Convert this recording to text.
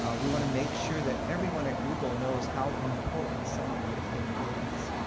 we want to make sure that everyone at google knows how important someone like him is.